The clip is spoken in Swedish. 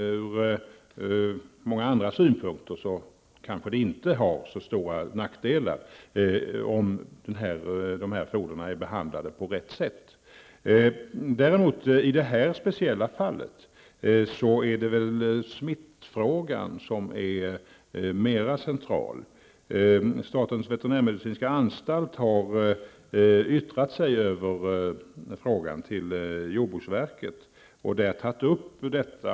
Ur många andra synpunkter kanske det inte har så stora nackdelar om dessa foder är behandlade på rätt sätt. I detta speciella fall är det väl däremot smittfrågan som är mer central. Statens veterinärmedicinska anstalt har yttrat sig över frågan till jordbruksverket och där tagit upp detta.